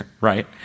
right